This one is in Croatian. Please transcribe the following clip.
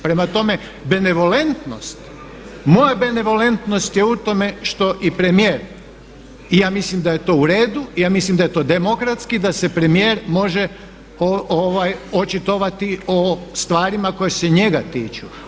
Prema tome, benevolentnost, moja benevolentnost je u tome što i premijer i ja mislim da je to u redu, ja mislim da je to demokratski da se premijer može očitovati o stvarima koje se njega tiču.